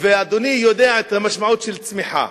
ואדוני יודע את המשמעות של צמיחה.